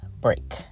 break